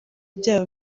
byabo